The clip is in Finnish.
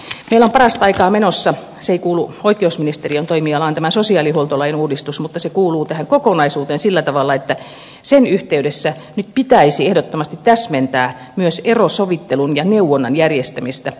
meillä on parasta aikaa menossa sosiaalihuoltolain uudistus se ei kuulu oikeusministeriön toimialaan mutta se kuuluu tähän kokonaisuuteen ja sen yhteydessä nyt pitäisi ehdottomasti täsmentää myös erosovittelun ja neuvonnan järjestämistä